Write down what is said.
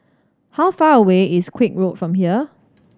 how far away is Koek Road from here